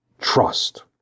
trust